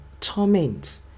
torment